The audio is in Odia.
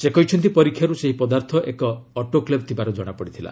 ସେ କହିଛନ୍ତି ପରୀକ୍ଷାର୍ ସେହି ପଦାର୍ଥ ଏକ ଅଟୋକ୍ଲେଭ୍ ଥିବାର ଜଣାପଡ଼ିଥିଲା